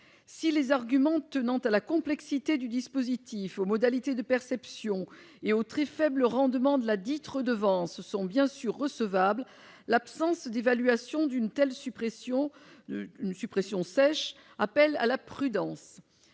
Si les arguments tenant à la complexité du dispositif, aux modalités de perception et au très faible rendement de ladite redevance sont bien sûr recevables, l'absence d'évaluation d'une telle suppression sèche appelle à la prudence.